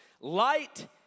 light